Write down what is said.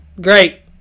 Great